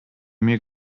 mir